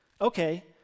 okay